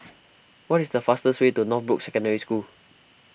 what is the fastest way to Northbrooks Secondary School